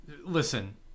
Listen